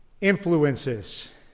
influences